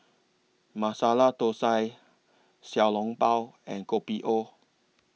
Masala Thosai Xiao Long Bao and Kopi O